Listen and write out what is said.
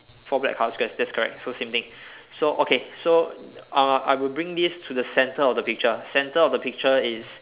four black colour squares that's correct so same thing so okay so uh I will bring this to the centre of the picture centre of the picture is